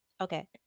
okay